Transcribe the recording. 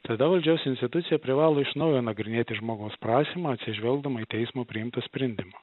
tada valdžios institucija privalo iš naujo nagrinėti žmogaus prašymą atsižvelgdama į teismo priimtą sprendimą